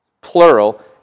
plural